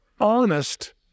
honest